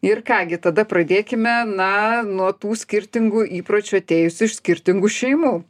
ir ką gi tada pradėkime na nuo tų skirtingų įpročių atėjusių iš skirtingų šeimų